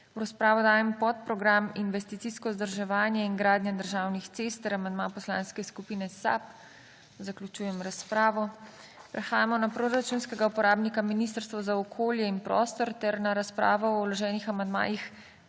V razpravo dajem podprogram Investicijsko vzdrževanje in gradnja državnih cest ter amandma Poslanske skupine SAB. Zaključujem razpravo. Prehajamo na proračunskega uporabnika Ministrstvo za okolje in prostor ter na razpravo o vloženih amandmajih